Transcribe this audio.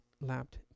lapped